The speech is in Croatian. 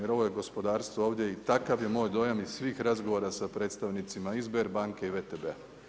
Jer ovo je gospodarstvo ovdje i takav je moj dojam iz svih razgovora sa predstavnicima i SBER banke i WTB.